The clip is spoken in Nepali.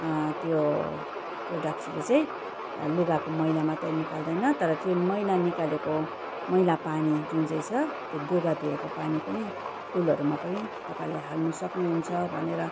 त्यो प्रोडक्टले चाहिँ लुगाको मैला मात्रै निकाल्दैन तर त्यो मैला निकालेको मैला पानी जुन चाहिँ छ त्यो लुगा धोएको पानी पनि फुलहरूमा पनि तपाईँले हाल्नु सक्नुहुन्छ भनेर